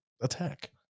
Attack